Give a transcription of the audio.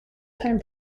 time